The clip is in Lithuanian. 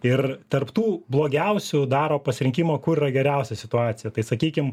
ir tarp tų blogiausių daro pasirinkimą kur yra geriausia situacija tai sakykim